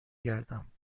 گردم